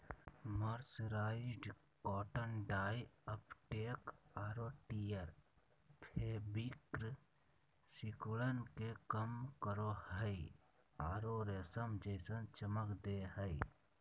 mercerised cotton dye uptake आरो tear fabric सिकुड़न के कम करो हई आरो रेशम जैसन चमक दे हई